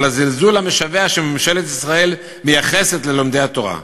על הזלזול המשווע שבו ממשלת ישראל מתייחסת ללומדי התורה.